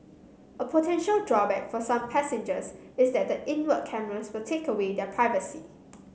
a potential drawback for some passengers is that the inward cameras would take away their privacy